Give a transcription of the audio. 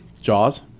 Jaws